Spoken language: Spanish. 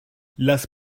las